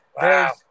wow